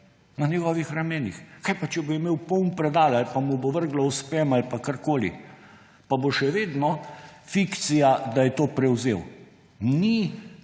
na njegovih ramenih. Kaj pa če bo imel poln predal ali pa mu bo vrglo v spam ali pa karkoli, pa bo še vedno fikcija, da je to prevzel? Ni